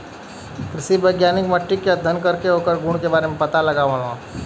कृषि वैज्ञानिक मट्टी के अध्ययन करके ओकरे गुण के बारे में पता लगावलन